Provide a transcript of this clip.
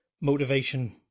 motivation